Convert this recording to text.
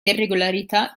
irregolarità